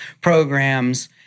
programs